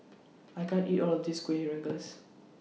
I can't eat All of This Kuih Rengas